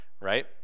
right